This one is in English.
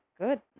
Good